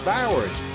Bowers